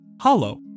hollow